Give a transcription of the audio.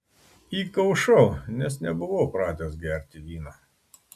įkaušau nes nebuvau pratęs gerti vyno